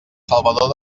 salvador